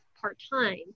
part-time